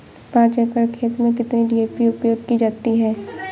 पाँच एकड़ खेत में कितनी डी.ए.पी उपयोग की जाती है?